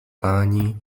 pani